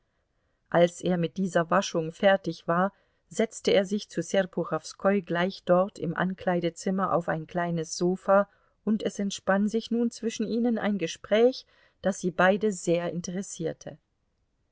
als er mit dieser waschung fertig war setzte er sich zu serpuchowskoi gleich dort im ankleidezimmer auf ein kleines sofa und es entspann sich nun zwischen ihnen ein gespräch das sie beide sehr interessierte